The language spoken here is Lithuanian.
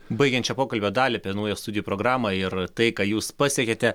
baigiant šią pokalbio dalį apie naują studijų programą ir tai ką jūs pasiekėte